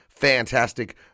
fantastic